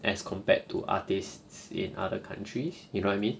as compared to artists in other countries you know what I mean